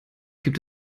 gibt